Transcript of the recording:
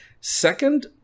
second